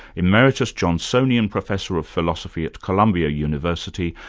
emeritus johnsonian professor of philosophy at columbia university,